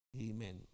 Amen